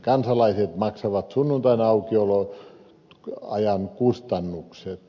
kansalaiset maksavat sunnuntaiaukioloajan kustannukset